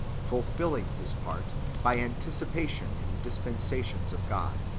fulfilling his part by anticipation in the dispensations of god,